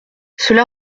cela